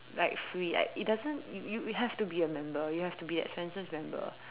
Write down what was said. like free like it doesn't you you you have to be a member you have to be a Swensen's member